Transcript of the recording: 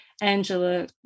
Angela